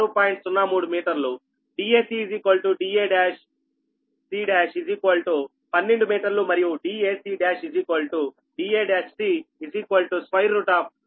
dac da1c1 12 మీటర్లు మరియు dac1 da1c 1220